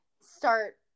start